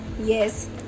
yes